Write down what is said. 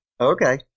Okay